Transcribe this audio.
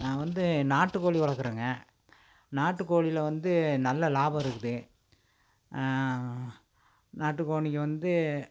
நான் வந்து நாட்டுக்கோழி வளர்க்குறோங்க நாட்டுக்கோழியில் வந்து நல்ல லாபம் இருக்குது நாட்டுக்கோழிக்கு வந்து